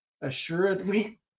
assuredly